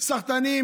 "סחטנים",